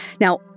Now